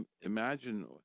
Imagine